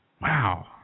Wow